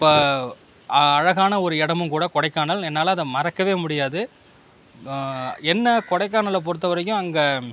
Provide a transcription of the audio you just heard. இப்போ அழகான ஒரு இடமும் கூட கொடைக்கானல் என்னால் அதை மறக்கவே முடியாது என்ன கொடைக்கானலை பொறுத்தவரைக்கும் அங்கே